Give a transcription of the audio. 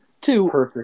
two